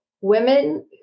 women